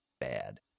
bad